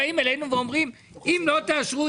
בואו נדייק.